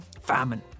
famine